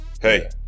hey